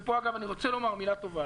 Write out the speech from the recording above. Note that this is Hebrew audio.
ופה, אגב, אני רוצה לומר מילה טובה